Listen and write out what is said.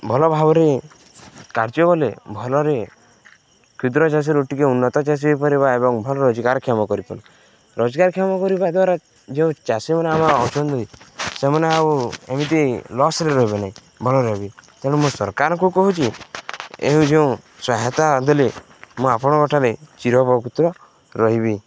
ଭଲ ଭାବରେ କାର୍ଯ୍ୟ କଲେ ଭଲରେ କ୍ଷୁଦ୍ର ଚାଷୀରୁ ଟିକେ ଉନ୍ନତ ଚାଷୀ ହେଇପାରିବା ଏବଂ ଭଲ ରୋଜଗାରକ୍ଷମ କରିପାରିବା ରୋଜଗାରକ୍ଷମ କରିବା ଦ୍ୱାରା ଯେଉଁ ଚାଷୀମାନେ ଆମ ଅଛନ୍ତି ସେମାନେ ଆଉ ଏମିତି ଲସ୍ରେ ରହିବେ ନାହିଁ ଭଲ ରହିବି ତେଣୁ ମୁଁ ସରକାରଙ୍କୁ କହୁଛି ଏଇ ଯେଉଁ ସହାୟତା ଦେଲେ ମୁଁ ଆପଣଙ୍କଠାରେ ଚିରଉପକୃତ ରହିବି